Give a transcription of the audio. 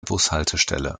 bushaltestelle